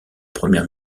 première